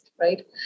right